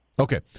Okay